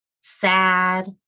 sad